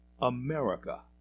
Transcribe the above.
America